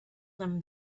them